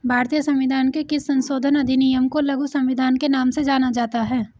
भारतीय संविधान के किस संशोधन अधिनियम को लघु संविधान के नाम से जाना जाता है?